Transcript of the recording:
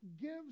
gives